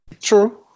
True